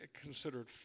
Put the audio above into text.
considered